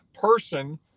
person